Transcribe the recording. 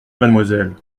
mademoiselle